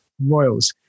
Royals